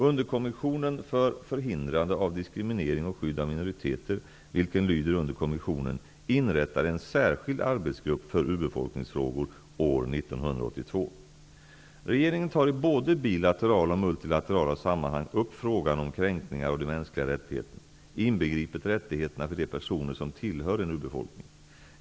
Underkommissionen för förhindrande av diskriminering och skydd av minoriteter, vilken lyder under kommissionen, inrättade en särskild arbetsgrupp för urbefolkningsfrågor år 1982. Regeringen tar i både bilaterala och multilaterala sammanhang upp frågan om kränkningar av de mänskliga rättigheterna, inbegripet rättigheterna för de personer som tillhör en urbefolkning.